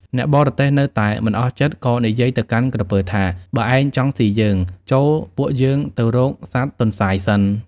អ្នកបរទេះនៅតែមិនអស់ចិត្ត ក៏និយាយទៅកាន់ក្រពើថា "បើឯងចង់សុីយើង ចូលពួកយើងទៅសួរសត្វទន្សាយសិន"